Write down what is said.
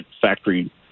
factory